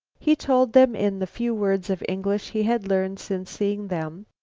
he told them in the few words of english he had learned since seeing them,